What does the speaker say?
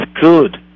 good